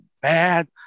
bad